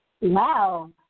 Wow